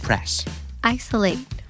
Isolate